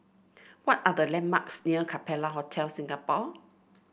what are the landmarks near Capella Hotel Singapore